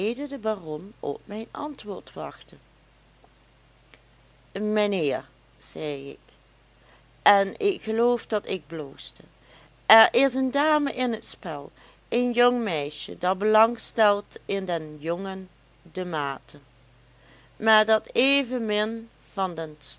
de baron op mijn antwoord wachtte mijnheer zeide ik en ik geloof dat ik bloosde er is een dame in het spel een jong meisje dat belang stelt in den jongen de maete maar dat evenmin van den